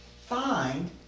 find